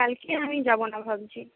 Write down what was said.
কালকে আমি যাব না ভাবছি